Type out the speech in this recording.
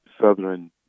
Southern